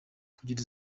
kugira